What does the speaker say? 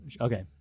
Okay